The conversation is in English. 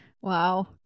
Wow